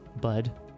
Bud